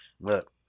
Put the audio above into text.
Look